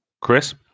Chris